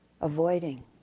avoiding